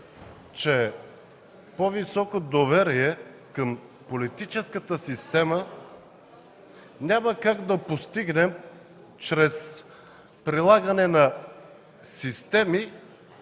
че по-високо доверие към политическата система няма как да постигнем чрез прилагане на системи,